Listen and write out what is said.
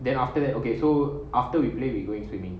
then after that okay so after we play we going swimming